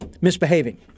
misbehaving